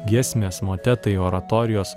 giesmes motetai oratorijos